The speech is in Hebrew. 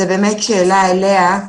זו באמת שאלה אליה.